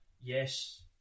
Yes